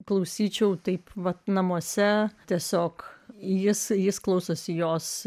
klausyčiau taip vat namuose tiesiog jis jis klausosi jos